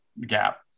gap